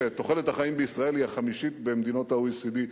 שתוחלת החיים בישראל היא החמישית במדינות ה-OECD.